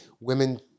women